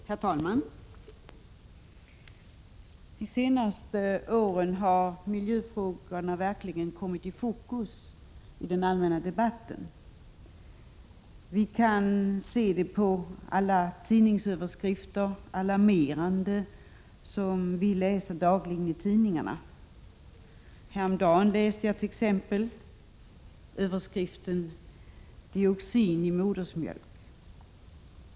Herr talman! De senaste åren har miljöfrågorna verkligen kommit i fokus i den allmänna debatten. Vi kan se det på alla alarmerande rubriker som dagligen finns i tidningarna. Härom dagen läste jag t.ex. rubriken: Dioxin i modersmjölk.